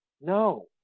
No